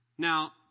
Now